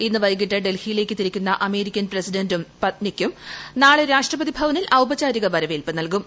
ഇന്ന് വൈകിട്ട് ഡൽഹിയിലേക്ക് തിരിക്കുന്ന അമേരിക്കൻ പ്രസിഡന്റിനും പത്നിയ്ക്കും നാളെ രാഷ്ട്രപതി ഭവനിൽ ഔപചാളിക് വരവേൽപ്പ് നൽകും